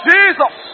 Jesus